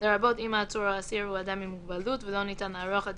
לרבות אם העצור או האסיר הוא אדם עם מוגבלות ולא ניתן לערוך את